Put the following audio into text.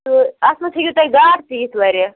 تہٕ اَتھ منٛز ہیٚکیٚو تۄہہِ گانٹھ تہِ یِتھ واریاہ